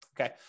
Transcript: okay